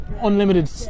unlimited